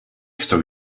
chcę